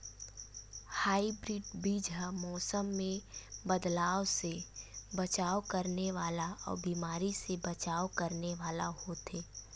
hybrid बीज हा मौसम मे बदलाव से बचाव करने वाला अउ बीमारी से बचाव करने वाला होथे